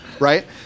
right